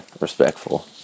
respectful